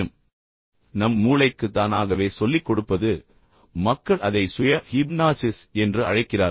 பின்னர் நம் மூளைக்கு தானாகவே சொல்லிக்கொடுப்பது மக்கள் அதை சுய ஹிப்னாஸிஸ் என்று அழைக்கிறார்கள்